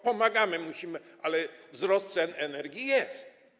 Pomagamy, musimy, ale wzrost cen energii jest.